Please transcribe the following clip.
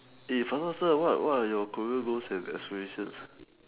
eh faster faster what what are your career goals and aspirations